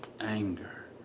anger